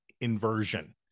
inversion